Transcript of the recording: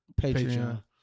Patreon